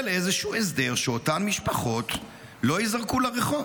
לאיזשהו הסדר שאותן משפחות לא ייזרקו לרחוב?